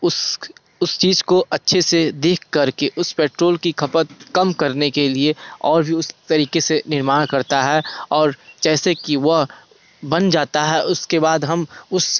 उस उस चीज को अच्छे से देख करके उस पेट्रोल की खपत कम करने के लिए और उस तरीके से निर्माण करता है और जैसे कि वह बन जाता है उसके बाद हम उस